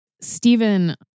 Stephen